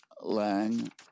lang